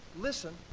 listen